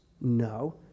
No